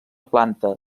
planta